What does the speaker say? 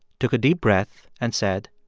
took a deep breath and said,